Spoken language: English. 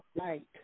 Right